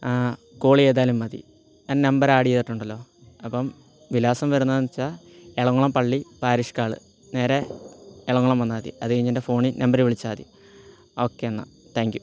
call ചെയ്താലും മതി എൻ്റെ നമ്പർ ആഡ് ചെയ്തിട്ടുണ്ടല്ലോ അപ്പോൾ വിലാസം വരുന്നത് എന്ന് വെച്ചാൽ എളംകുളം പള്ളി പാരിഷ് ഹാള് നേരെ എളംകുളം വന്നാൽ മതി അതുകഴിഞ്ഞ് എൻ്റെ ഫോണിൽ നമ്പറിൽ വിളിച്ചാൽ മതി ഓക്കെ എന്നാൽ താങ്ക്യു